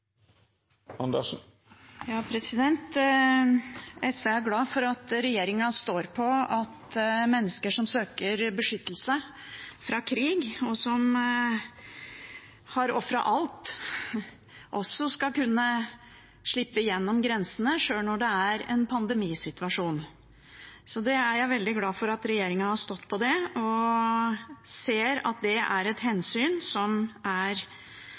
SV er glad for at regjeringen står på at mennesker som søker beskyttelse fra krig, og som har ofret alt, også skal kunne slippe gjennom grensene sjøl når det er en pandemisituasjon. Så det er jeg veldig glad for: at regjeringen har stått på det og ser at det er et hensyn som er